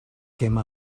came